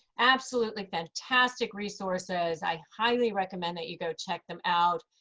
absolutely fantastic resources. i highly recommend that you go check them out.